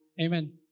Amen